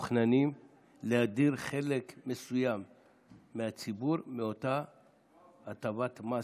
ומתוכננים להדיר חלק מסוים מהציבור מאותה הטבת מס.